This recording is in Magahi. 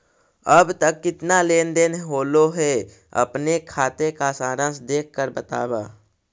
अब तक कितना लेन देन होलो हे अपने खाते का सारांश देख कर बतावा